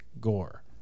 Gore